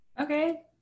Okay